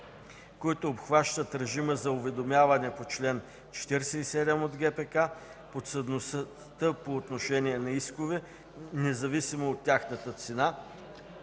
които обхващат режима за уведомяване по чл. 47 от ГПК, подсъдността по отношение на искове, независимо от тяхната цена,